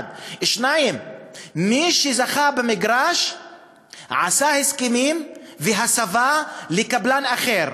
1. 2. מי שזכה במגרש עשה הסכמים והסבה לקבלן אחר,